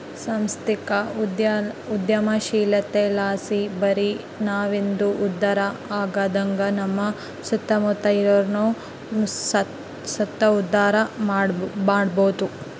ಸಾಂಸ್ಥಿಕ ಉದ್ಯಮಶೀಲತೆಲಾಸಿ ಬರಿ ನಾವಂದೆ ಉದ್ಧಾರ ಆಗದಂಗ ನಮ್ಮ ಸುತ್ತಮುತ್ತ ಇರೋರ್ನು ಸುತ ಉದ್ಧಾರ ಮಾಡಬೋದು